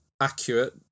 accurate